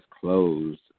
closed